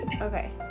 Okay